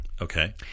Okay